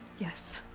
yes.